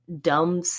dumb